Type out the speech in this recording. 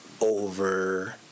over